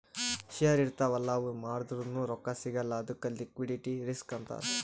share ಇರ್ತಾವ್ ಅಲ್ಲ ಅವು ಮಾರ್ದುರ್ನು ರೊಕ್ಕಾ ಸಿಗಲ್ಲ ಅದ್ದುಕ್ ಲಿಕ್ವಿಡಿಟಿ ರಿಸ್ಕ್ ಅಂತಾರ್